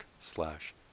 slash